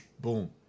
Boom